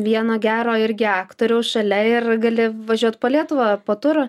vieno gero irgi aktoriaus šalia ir gali važiuot po lietuvą po turą